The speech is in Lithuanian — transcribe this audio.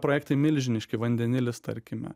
projektai milžiniški vandenilis tarkime